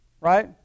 Right